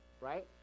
right